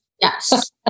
Yes